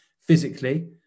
physically